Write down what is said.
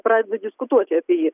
pradeda diskutuoti apie jį